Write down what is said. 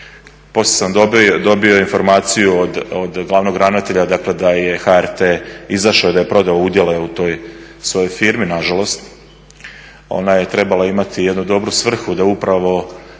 poslije sam dobio informaciju od glavnog ravnatelja dakle da je HRT izašao i da je prodao udjele u toj svojoj firmi, nažalost. Ona je trebala imati jednu dobru svrhu da upravo